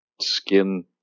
skin